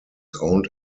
owned